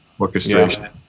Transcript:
orchestration